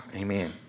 amen